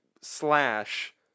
slash